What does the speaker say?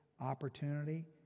opportunity